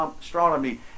astronomy